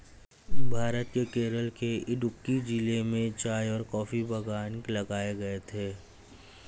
भारत के केरल के इडुक्की जिले में चाय और कॉफी बागान लगाए गए थे